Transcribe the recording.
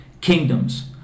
kingdoms